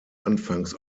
anfangs